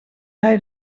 hij